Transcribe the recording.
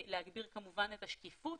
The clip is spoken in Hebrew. ולהגביר כמובן את השקיפות